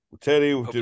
teddy